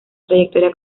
trayectoria